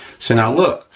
so, now look,